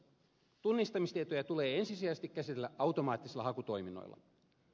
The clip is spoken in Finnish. tunnistamistietoja tulee ensisijaisesti käsitellä automaattisilla hakutoiminnoilla